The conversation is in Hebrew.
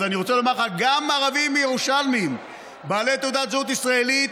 אז אני רוצה לומר לך שגם ערבים ירושלמים בעלי תעודת זהות ישראלית,